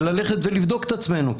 ולבדוק את עצמנו.